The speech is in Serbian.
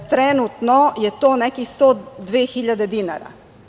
Trenutno je to nekih 102.000 dinara.